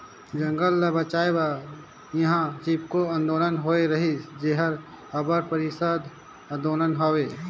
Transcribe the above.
जंगल ल बंचाए बर इहां चिपको आंदोलन होए रहिस जेहर अब्बड़ परसिद्ध आंदोलन हवे